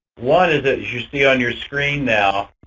one is that as you see on your screen now,